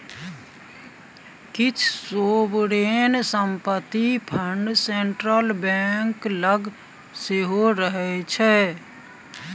किछ सोवरेन संपत्ति fund central bank लग सेहो रहय छै